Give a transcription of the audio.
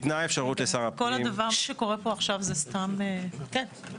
כל דבר שקורה פה עכשיו זה סתם פייק?